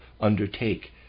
undertake